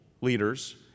leaders